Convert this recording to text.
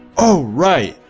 oh! right!